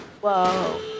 Whoa